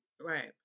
right